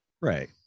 Right